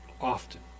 often